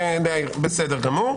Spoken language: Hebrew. בסדר.